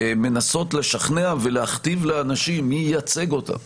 מנסות לשכנע ולהכתיב לאנשים מי ייצג אותם